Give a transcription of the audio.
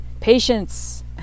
patience